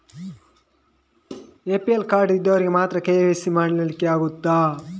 APL card ಇದ್ದವರಿಗೆ ಮಾತ್ರ KYC ಮಾಡಲಿಕ್ಕೆ ಆಗುತ್ತದಾ?